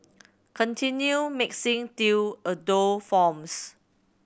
continue mixing till a dough forms